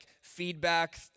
feedback